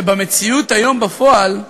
שבמציאות היום בפועל,